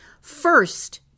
first